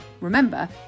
Remember